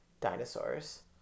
dinosaurs